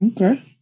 Okay